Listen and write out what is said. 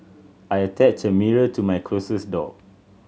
I attached a mirror to my closet door